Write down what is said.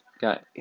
got